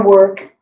work